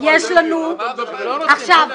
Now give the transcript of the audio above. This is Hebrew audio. הם ישלמו יותר.